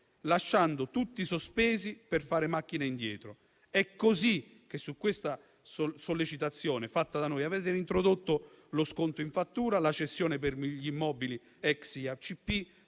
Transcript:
lasciando tutti sospesi, per fare macchine indietro. È così che su nostra sollecitazione avete reintrodotto lo sconto in fattura, la cessione per gli immobili dell'ex